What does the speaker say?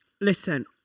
Listen